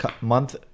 month